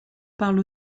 parle